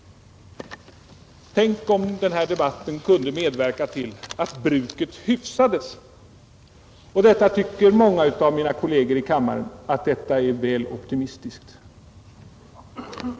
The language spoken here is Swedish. Tänk om den här debatten kunde medverka till att alkoholvanorna hyfsades! Detta tycker kanske många av mina kolleger i kammaren är väl optimistiskt.